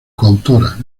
coautora